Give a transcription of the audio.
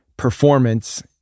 performance